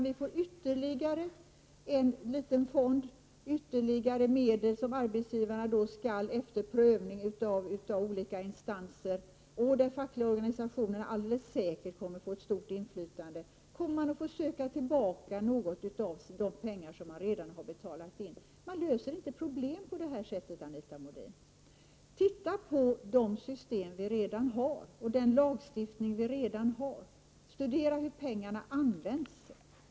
Vi får ytterligare en liten fond ur vilken arbetsgivarna efter prövning av olika instanser — där de fackliga organisationerna alldeles säkert kommer att få stort inflytande — skall kunna söka få tillbaka något av de pengar som de redan har betalat in. Man löser inte problem på det här sättet, Anita Modin. Titta på de system och den lagstiftning vi redan har och studera hur pengarna används!